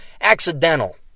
accidental